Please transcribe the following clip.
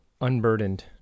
unburdened